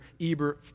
Eber